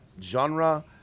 genre